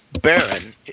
Baron